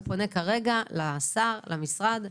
הוא פונה כרגע לשר, למשרד.